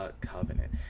covenant